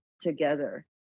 together